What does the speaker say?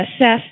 assess